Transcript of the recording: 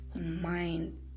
mind